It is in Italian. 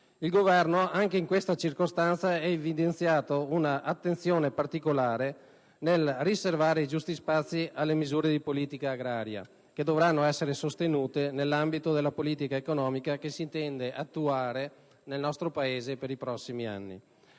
Il Governo, anche in questa circostanza, ha evidenziato un'attenzione particolare nel riservare i giusti spazi alle misure di politica agraria che dovranno essere sostenute nell'ambito della politica economica che si intende attuare nel nostro Paese per i prossimi anni.